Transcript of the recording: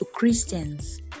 Christians